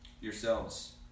yourselves